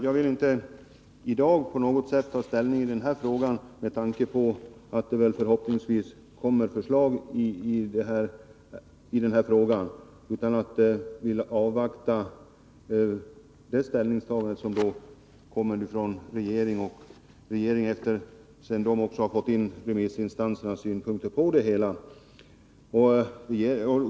Jag vill inte i dag på något sätt ta ställning i den här frågan med tanke på att det förhoppningsvis kommer förslag, utan jag vill avvakta regeringens ståndpunktstagande sedan den har fått in remissinstansernas synpunkter på det hela.